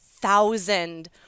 thousand